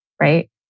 right